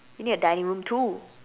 you need a dining room too